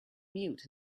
mute